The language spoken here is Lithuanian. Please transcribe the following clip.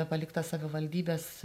palikta savivaldybės